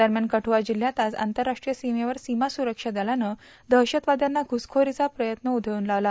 दरम्यान कठूआ जिल्ह्यात आज आंतरराष्ट्रीय सीमेवर सीमा पुरस्का दलानं दहशतवाद्यांना पुसखोरीचा प्रयत्न उयळून तावला